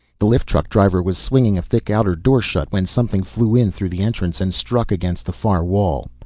the lift truck driver was swinging a thick outer door shut when something flew in through the entrance and struck against the far wall.